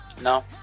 No